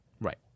Right